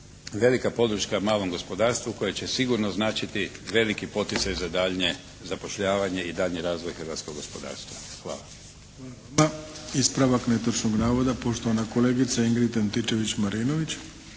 Velika podrška malom gospodarstvu koje će sigurno značiti veliki poticaj za daljnje zapošljavanje i daljnji razvoj hrvatskog gospodarstva. Hvala.